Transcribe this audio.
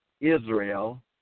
Israel